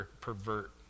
pervert